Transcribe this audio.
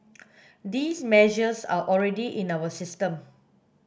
these measures are already in our system